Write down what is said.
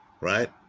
Right